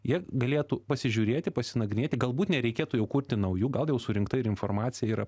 jie galėtų pasižiūrėti pasinagrinėti galbūt nereikėtų jau kurti naujų gal jau surinkta ir informacija yra